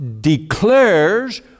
declares